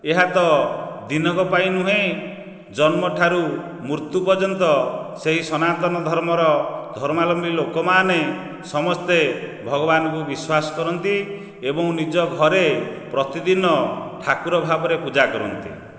ଏହା ତ ଦିନକ ପାଇଁ ନୁହେଁ ଜନ୍ମଠାରୁ ମୃତ୍ୟୁ ପର୍ଯ୍ୟନ୍ତ ସେହି ସନାତନ ଧର୍ମର ଧର୍ମାବଲମ୍ବୀ ଲୋକମାନେ ସମସ୍ତେ ଭଗବାନଙ୍କୁ ବିଶ୍ୱାସ କରନ୍ତି ଏବଂ ନିଜ ଘରେ ପ୍ରତିଦିନ ଠାକୁର ଭାବରେ ପୂଜା କରନ୍ତି